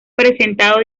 presentado